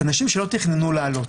זה אנשים שלא תכננו לעלות.